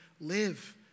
live